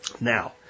Now